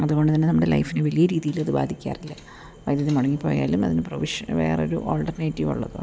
അതുകൊണ്ട് തന്നെ നമ്മുടെ ലൈഫിനെ വലിയ രീതിയിൽ അത് ബാധിക്കാറില്ല വൈദ്യുതി മുടങ്ങിപ്പോയാലും അതിന് പ്രൊവിഷ വേറെ ഒരു ഓൾട്ടർനേറ്റീവ് ഉള്ളതുകൊണ്ട്